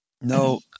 No